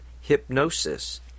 Hypnosis